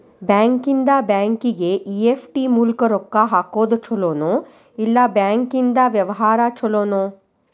ಬ್ಯಾಂಕಿಂದಾ ಬ್ಯಾಂಕಿಗೆ ಇ.ಎಫ್.ಟಿ ಮೂಲ್ಕ್ ರೊಕ್ಕಾ ಹಾಕೊದ್ ಛಲೊನೊ, ಇಲ್ಲಾ ಬ್ಯಾಂಕಿಂದಾ ವ್ಯವಹಾರಾ ಛೊಲೊನೊ?